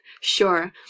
Sure